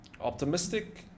optimistic